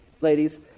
ladies